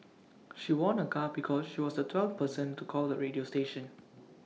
she won A car because she was the twelfth person to call the radio station